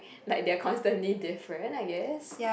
like they are constantly different I guess